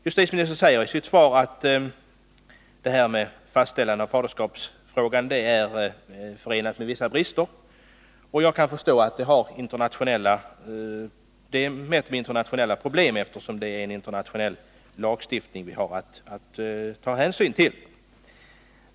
Justitieministern säger i sitt svar att lagstiftningen rörande fastställande av faderskap har vissa brister. Jag kan förstå att fastställandet är förenat med vissa problem, eftersom det är en internationell lagstiftning som vi har att ta hänsyn till.